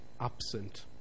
absent